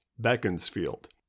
beaconsfield